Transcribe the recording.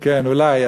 כן, אולי.